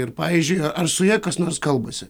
ir pavyzdžiui ar su ja kas nors kalbasi